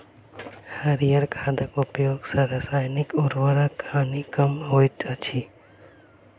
हरीयर खादक उपयोग सॅ रासायनिक उर्वरकक हानि कम होइत अछि